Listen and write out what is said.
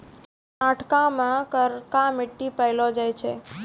कर्नाटको मे करका मट्टी पायलो जाय छै